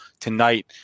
tonight